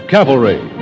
Cavalry